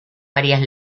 varias